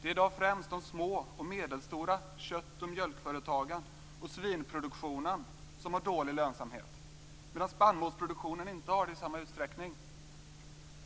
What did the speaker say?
Det är i dag främst de små och medelstora kött och mjölkföretagen och svinproduktionen som har dålig lönsamhet, medan spannmålsproduktionen inte har det i samma utsträckning.